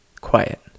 Quiet